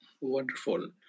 Wonderful